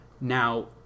Now